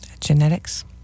genetics